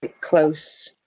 close